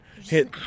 hit